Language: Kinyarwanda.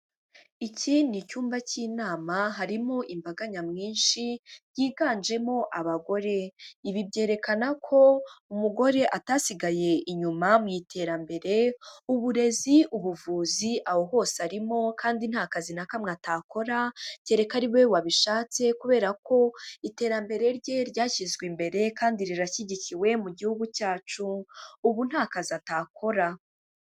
Iki ni cyumba cy'inama harimo imbaga nyamwinshi yiganjemo abagore. Ibi byerekana ko umugore atasigaye inyuma mu iterambere, uburezi, ubuvuzi, aho hose arimo kandi nta kazi na kamwe atakora, kereka ari we wabishatse, kubera ko iterambere rye ryashyizwe imbere kandi rirashyigikiwe mu gihugu cyacu, ubu nta kazi atakora.